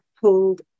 pulled